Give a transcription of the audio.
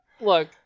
look